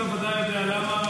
אתה ודאי יודע למה,